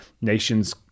nations